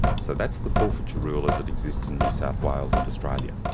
so that's the forfeiture rule as it exists in new south wales and australia.